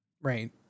Right